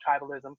tribalism